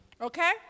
Okay